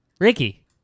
Ricky